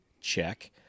Check